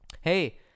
Hey